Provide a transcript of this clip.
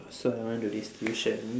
so I went to this tution